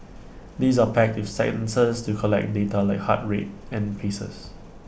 these are packed with sensors to collect data like heart rate and paces